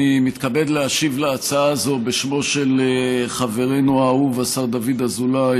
אני מתכבד להשיב על ההצעה הזאת בשמו של חברנו האהוב השר דוד אזולאי.